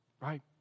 right